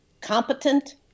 competent